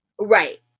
Right